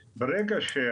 דבר שלישי,